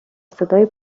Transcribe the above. صدای